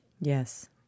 Yes